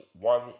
one